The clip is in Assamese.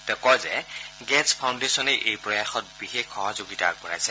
তেওঁ কয় যে গেটচ্ ফাউণ্ডেচন এই প্ৰয়াসত বিশেষ সহযোগিতা আগবঢ়াই আহিছে